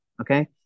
Okay